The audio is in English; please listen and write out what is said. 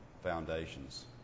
foundations